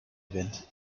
event